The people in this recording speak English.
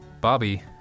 Bobby